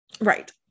Right